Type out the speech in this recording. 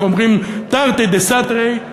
איך אומרים, תרתי דסתרי.